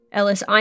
Ellis